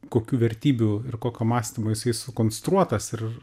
kokių vertybių ir kokio mąstymo jisai sukonstruotas ir